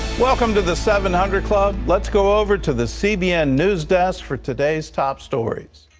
welcome to the seven hundred club. let's go over to the cbn newsdesk for today's top stories.